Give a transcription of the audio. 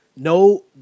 No